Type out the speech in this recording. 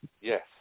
Yes